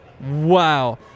Wow